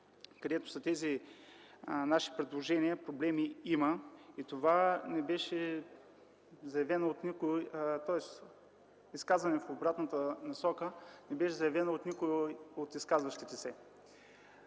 където са тези наши предложения, проблеми има. Това не беше заявено от никой, тоест изказване в обратната посока не беше заявено от никой от изказващите се.